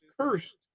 cursed